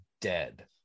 dead